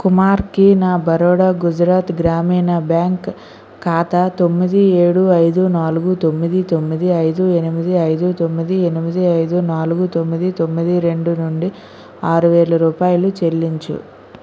కుమార్కి నా బరోడా గుజరాత్ గ్రామీణ బ్యాంక్ ఖాతా తొమ్మిది ఏడు ఐదు నాలుగు తొమ్మిది తొమ్మిది ఐదు ఎనిమిది ఐదు తొమ్మిది ఎనిమిది ఐదు నాలుగు తొమ్మిది తొమ్మిది రెండు నుండి ఆరువేల రూపాయలు చెల్లించు